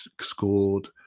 scored